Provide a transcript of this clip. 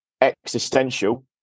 existential